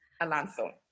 Alonso